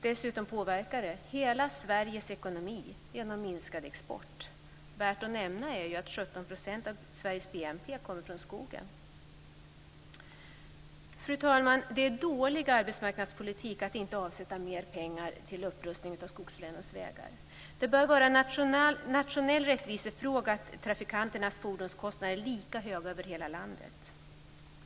Dessutom påverkas hela Sveriges ekonomi genom minskad export. Värt att nämna är att 17 % av Sveriges BNP kommer från skogen. Fru talman! Det är dålig arbetsmarknadspolitik att inte avsätta mer pengar till upprustning av skogslänens vägar. Det bör vara en nationell rättvisefråga att trafikanternas fordonskostnader är lika höga över hela landet.